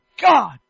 God